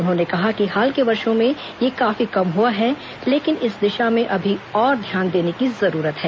उन्होंने कहा कि हाल के वर्षो में यह काफी कम हुआ है लेकिन इस दिशा में अभी और ध्यान देने की जरूरत है